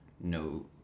no